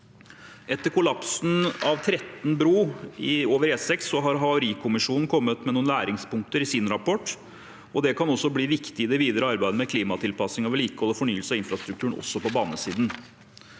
Etter kollapsen av Tretten bru over E6 har Havarikommisjonen kommet med noen læringspunkter i sin rapport, og det kan bli viktig i det videre arbeidet med klimatilpasning, vedlikehold og fornyelse av infrastrukturen også på banesiden.